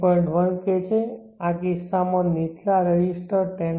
1K છે આ કિસ્સામાં નીચલા રેઝિસ્ટર 10